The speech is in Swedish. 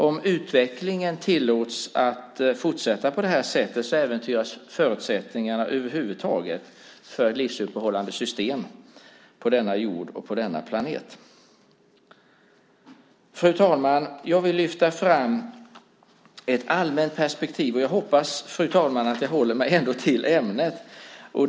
Om utvecklingen tillåts att fortsätta på det sättet äventyras förutsättningarna över huvud taget för livsuppehållande system på denna planet jorden. Fru talman! Jag vill lyfta fram ett allmänt perspektiv. Jag hoppas, fru talman, att jag ändå håller mig till ämnet.